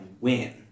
win